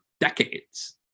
decades